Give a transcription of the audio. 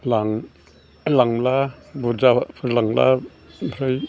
लांब्ला बुरजाफोर लांब्ला ओमफ्राय